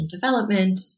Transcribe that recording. development